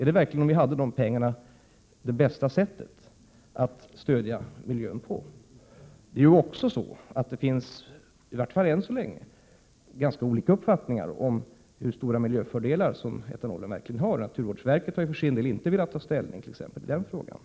Är det verkligen, om vi hade dessa pengar, det bästa sättet att stödja miljön på? Det finns också i varje fall än så länge olika uppfattningar om hur stora miljöfördelarna skulle bli vid etanolanvändning. Naturvårdsverket har för sin del inte velat ta ställning i frågan.